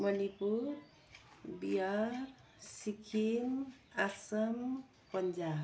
Manipur Bihar Sikkim Assam Punjab